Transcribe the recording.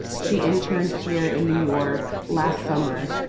she interned here in new york last summer,